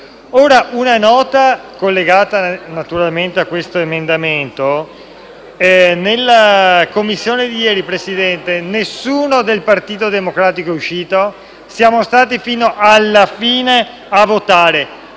una nota collegata all’emendamento; nella seduta di Commissione di ieri, Presidente, nessuno del Partito Democratico è uscito. Siamo stati fino alla fine a votare.